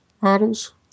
models